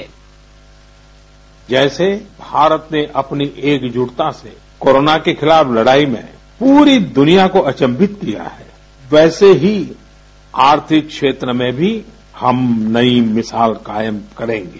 bite जैसे भारत ने अपनी एकजुटता से कोरोना के खिलाफ लड़ाई में पूरी दुनिया को अचंभित किया है वैसे ही आर्थिक क्षेत्र में भी हम नई मिसाल कायम करेंगे